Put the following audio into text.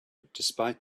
despite